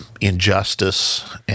injustice